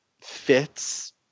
fits